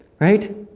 right